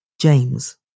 James